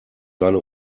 seine